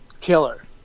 killer